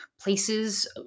places